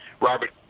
Robert